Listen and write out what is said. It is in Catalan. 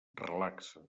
relaxa